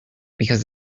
because